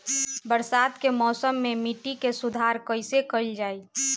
बरसात के मौसम में मिट्टी के सुधार कइसे कइल जाई?